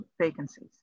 vacancies